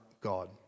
God